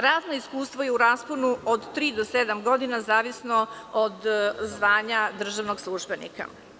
Radno iskustvo je u rasponu od tri do sedam godina, zavisno od zvanja državnog službenika.